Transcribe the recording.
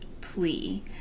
plea